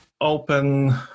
Open